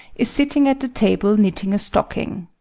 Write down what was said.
is sitting at the table knitting a stocking.